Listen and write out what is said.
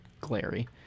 glary